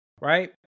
Right